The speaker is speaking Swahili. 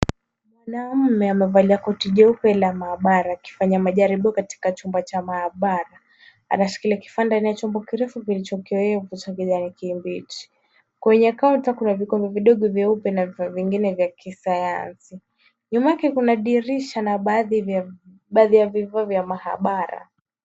Mwanaume amevalia koti jeupe la maabara akifanya majaribio katika chumba cha maabara. Anashikilia kifaa ndani chombo kirefu kilicho kiowevu cha kijani kibichi. Kwenye kaunta kuna vikombe vidogo vyeupe na vingine vya kisayansi. Nyuma yake kuna dirisha na baadhi ya vifaa vya maabara.